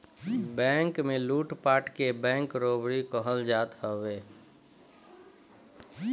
bank में लूटपाट के बैंक रोबरी कहल जात हवे